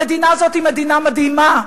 המדינה הזאת היא מדינה מדהימה,